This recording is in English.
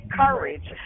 courage